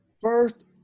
first